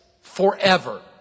forever